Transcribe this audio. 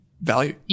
value